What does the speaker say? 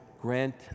grant